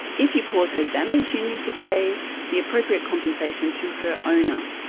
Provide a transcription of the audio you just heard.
if he caused her damage, he needed to pay the appropriate compensation to her owner.